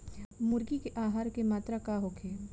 मुर्गी के आहार के मात्रा का होखे?